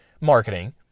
marketing